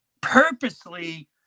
purposely